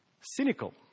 Cynical